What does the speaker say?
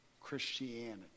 Christianity